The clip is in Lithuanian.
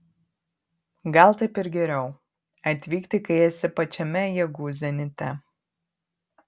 gal taip ir geriau atvykti kai esu pačiame jėgų zenite